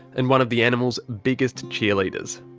and one of the animal's biggest cheerleaders.